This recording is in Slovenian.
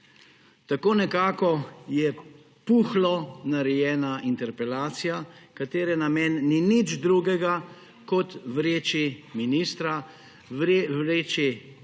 Tako nekako je puhlo narejena interpelacija, katere namen ni nič drugega kot vreči ministra, vreči